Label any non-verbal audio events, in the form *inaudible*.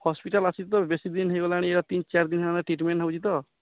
hospital ଆସିଛି ତ ବେଶୀ ଦିନ ହେଇଗଲାଣି *unintelligible* ତିନି ଚାର ଦିନି ହେଲାଣି ଟ୍ରିଟ୍ମେଣ୍ଟ ହଉଛି ତ